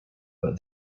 but